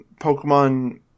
Pokemon